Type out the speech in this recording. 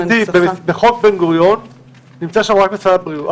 בחוק בן גוריון נמצא רק משרד החינוך.